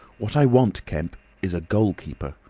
what i want, kemp, is a goal-keeper,